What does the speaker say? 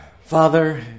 Father